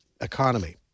economy